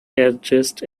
addressed